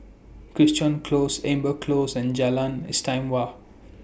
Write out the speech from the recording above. Crichton Close Amber Close and Jalan Istimewa